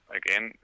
again